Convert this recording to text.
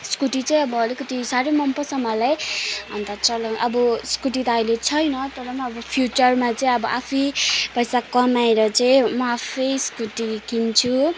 scooty चाहिँ अब अलिकति साह्रै मन पर्छ मलाई अन्त चलाउ अब स्कुटी त अहिले छैन तर पनि अब फ्युचरमा चाहिँ अब आफै पैसा कमाएर चाहिँ म आफै स्कुटी किन्छु